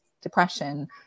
depression